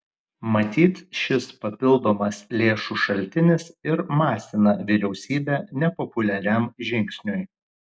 matyt šis papildomas lėšų šaltinis ir masina vyriausybę nepopuliariam žingsniui